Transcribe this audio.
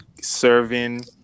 serving